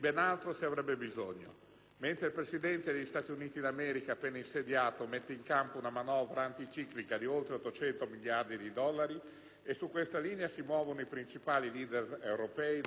Mentre il Presidente degli Stati Uniti d'America, appena insediato, mette in campo una manovra anticiclica di oltre 800 miliardi di dollari, e su questa linea si muovono i principali *leader* europei, da Sarkozy alla Merkel,